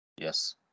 Yes